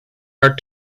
are